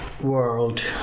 world